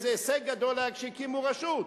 איזה הישג גדול היה כשהקימו רשות,